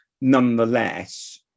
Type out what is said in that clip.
Nonetheless